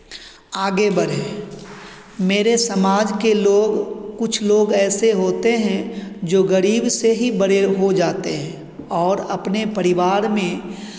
आगे बढ़ें मेरे समाज के लोग कुछ लोग ऐसे होते हैं जो गरीब से ही बड़े हो जाते हैं और अपने परिवार में